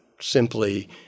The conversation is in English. simply